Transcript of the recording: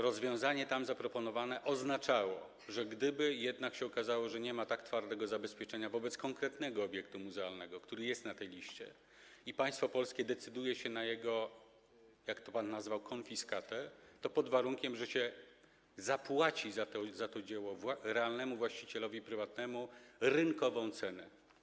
Rozwiązanie tam zaproponowane oznaczało, że gdyby jednak się okazało, że nie ma twardego zabezpieczenia odnośnie do konkretnego obiektu muzealnego, który jest na tej liście, i państwo polskie decyduje się na jego, jak pan to nazwał, konfiskatę, to pod warunkiem, że zapłaci za to dzieło realnemu właścicielowi prywatnemu rynkową cenę.